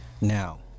now